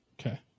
Okay